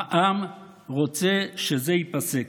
העם רוצה שזה ייפסק.